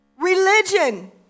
Religion